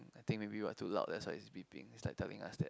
I think maybe it was too loud that's why is beeping is like telling us that